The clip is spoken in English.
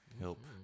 Help